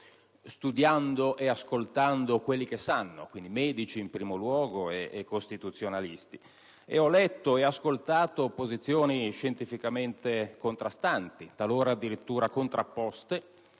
studiando e ascoltando quelli che sanno, cioè i medici in primo luogo e i costituzionalisti. Ho letto e ascoltato posizioni scientificamente contrastanti, talora addirittura contrapposte,